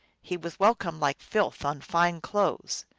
he was welcomed like filth on fine clothes.